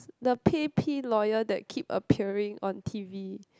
the P_A_P lawyer that keep appearing on t_v